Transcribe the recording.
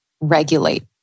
regulate